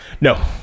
No